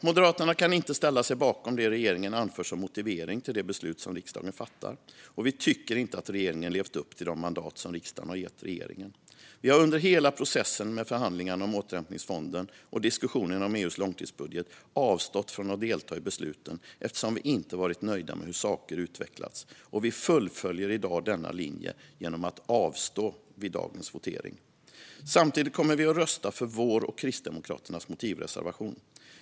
Moderaterna kan inte ställa sig bakom det regeringen anför som motivering till det beslut som riksdagen fattar, och vi tycker inte att regeringen har levt upp till de mandat som riksdagen gett regeringen. Vi har under hela processen med förhandlingarna om återhämtningsfonden och diskussionerna om EU:s långtidsbudget avstått från att delta i besluten eftersom vi inte varit nöjda med hur saker utvecklats, och vi fullföljer denna linje genom att avstå i dagens votering. Samtidigt kommer vi att rösta för vår och Kristdemokraternas motivreservation.